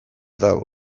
dago